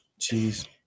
Jeez